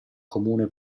comune